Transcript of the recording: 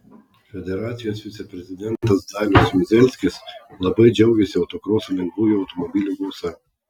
federacijos viceprezidentas dalius juozelskis labai džiaugėsi autokroso lengvųjų automobilių gausa